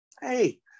Hey